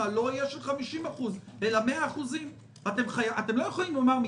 לא יהיה של 50% אלא יהיה 100%. אתם לא יכולים לומר,